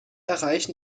erreichen